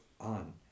on